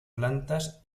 plantas